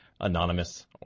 anonymous